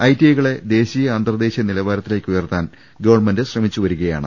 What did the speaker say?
ഐടിഐകളെ ദേശീയ അന്തർദേശീയ നില വാരത്തിലേക്കുയർത്താൻ ഗവൺമെന്റ് ശ്രമിച്ചു വരികയാണ്